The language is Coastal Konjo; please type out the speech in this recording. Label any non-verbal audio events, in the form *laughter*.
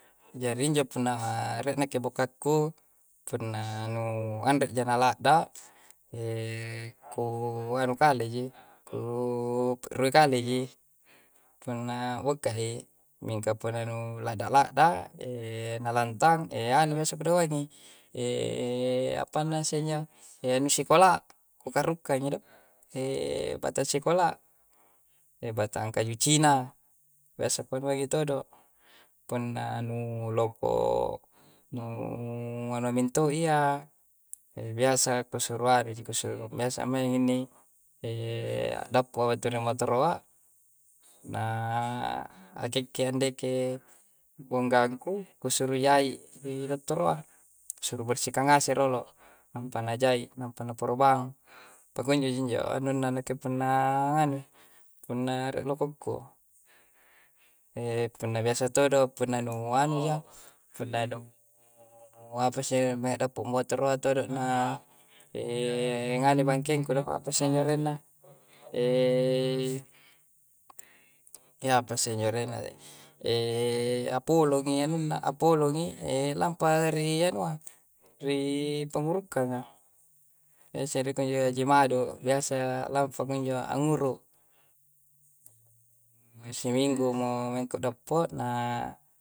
Jari injo punna re'ne kobeka'ku punna nu anre jagala'da *hesitation* ko anu kalle ji, ku ruikalle ji. Punna bokka hee, mingka pona nu ladda-ladda *hesitation* na lantang *hesitation* anu sokuru' wagi *hesitation* apana seng nyo *hesitation* nu sikola' rukka-rukka i' do *hesitation* patta sikola' *hesitation* batang kayu cina. Besso pono todo, punna nu loppo nu *hesitation* anu mia mintong iyaa, biasa ku suruare kurusu biasa mainni *hesitation* dappo tumatu'ru matoa, na keke' ande ke' bongako' kusuru yai didotoroa. Suruh bersikang ac doro, nampa najai nampa na porobang pokonjo injo anu'na neke punaa anu punare roko'ko. *hesitation* punna biasa todo punna nu nuanu punna nu apaseme dappu motoro aatu'naa *hesitation* ngaane fa kengku do apa seren'na. *hesitation* yapa seng yore'na *hesitation* apolong'i anunna apolo ngi' *hesitation* lampari yanua, rii' pongurukkang'a yeserre ko njo jimadu, biasa laffa injo anguru, ni mosyominggumo mingkuddo po'naa.